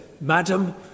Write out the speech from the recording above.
Madam